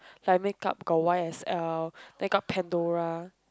like makeup got y_s_l then got Pandora